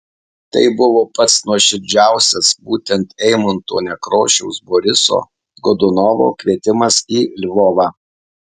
tai buvo pats nuoširdžiausias būtent eimunto nekrošiaus boriso godunovo kvietimas į lvovą